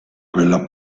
quella